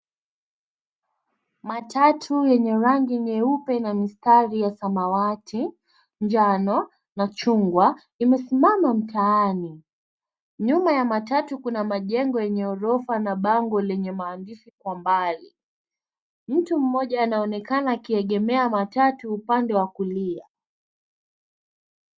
Matatu yenye rangi nyeupe na mistari ya samawati, njano na chungwa imesimama mtaani. Nyuma ya matatu kuna majengo yenye ghorofa na bango lenye maandishi kwa mbali. Mtu mmoja anaonekana akiegemea matatu upande wa kulia.